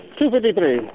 253